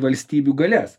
valstybių galias